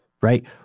right